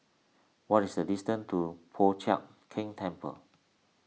what is the distance to Po Chiak Keng Temple